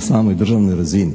samoj državnoj razini.